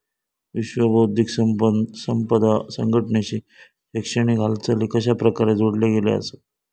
विश्व बौद्धिक संपदा संघटनेशी शैक्षणिक हालचाली कशाप्रकारे जोडले गेलेले आसत?